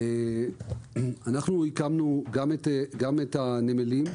אנחנו הקמנו גם את הנמלים.